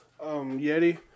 Yeti